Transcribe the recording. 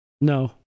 No